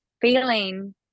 feeling